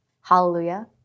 Hallelujah